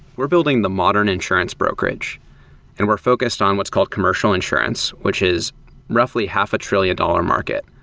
we're building the modern insurance brokerage and we're focused on what's called commercial insurance, which is roughly half a trillion dollar market,